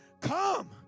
Come